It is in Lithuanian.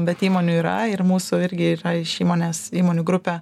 bet įmonių yra ir mūsų irgi yra iš įmonės įmonių grupė